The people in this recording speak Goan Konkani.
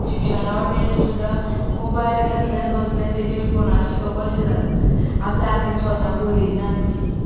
शिक्षणा वटेन सुद्दां मोबायल घेतले बसले तेजेर फोनार शिकप अशें जाला आपल्या हातीन स्वता बरय नात भुरगीं